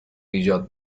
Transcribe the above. ایجاد